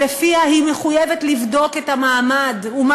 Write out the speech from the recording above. שלפיה היא מחויבת לבדוק את המעמד ומה